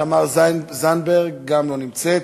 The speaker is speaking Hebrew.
תמר זנדברג, גם לא נמצאת.